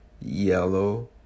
yellow